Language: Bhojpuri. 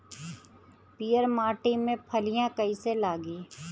पीयर माटी में फलियां कइसे लागी?